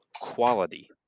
quality